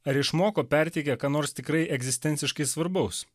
ar išmoko perteikia ką nors tikrai egzistenciškai svarbaus